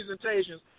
presentations